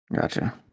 Gotcha